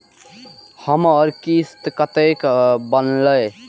हमर किस्त कतैक बनले?